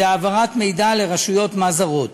הוא העברת מידע לרשויות מס זרות.